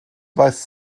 weiß